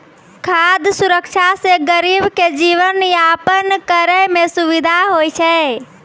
खाद सुरक्षा से गरीब के जीवन यापन करै मे सुविधा होय छै